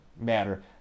matter